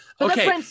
Okay